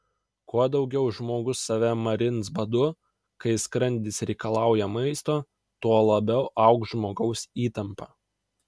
kuo daugiau žmogus save marins badu kai skrandis reikalauja maisto tuo labiau augs žmogaus įtampa